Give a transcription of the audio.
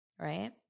right